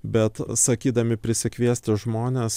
bet sakydami prisikviesti žmones